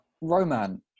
Roman